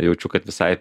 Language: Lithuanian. jaučiu kad visai